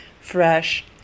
fresh